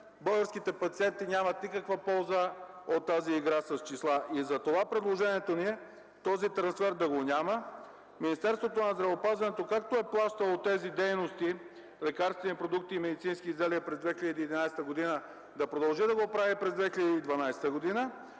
българските пациенти нямат никаква полза от тази игра с числа. Затова предложението ни е този трансфер да го няма. Министерството на здравеопазването както е плащало тези дейности, лекарствени продукти и медицински изделия през 2011 г., да продължи да го прави и през 2012 г., а